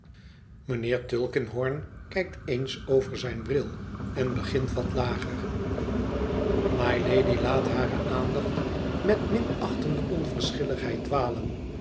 mijnheer tulkinghorn kijkt eens over zijn bril en begint wat lager mylady laat hare het verlaten huis aandacht met minachtende onverschilligheid dwalen